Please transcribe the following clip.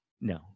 no